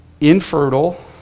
infertile